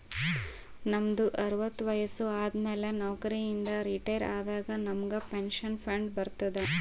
ನಮ್ದು ಅರವತ್ತು ವಯಸ್ಸು ಆದಮ್ಯಾಲ ನೌಕರಿ ಇಂದ ರಿಟೈರ್ ಆದಾಗ ನಮುಗ್ ಪೆನ್ಷನ್ ಫಂಡ್ ಬರ್ತುದ್